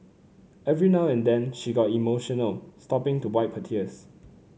every now and then she got emotional stopping to wipe her tears